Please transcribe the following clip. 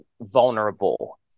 vulnerable